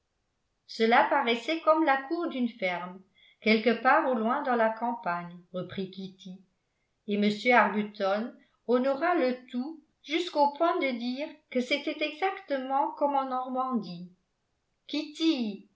cela paraissait comme la cour d'une ferme quelque part au loin dans la campagne reprit kitty et m arbuton honora le tout jusqu'au point de dire que c'était exactement comme en normandie